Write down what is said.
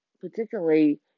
particularly